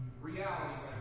reality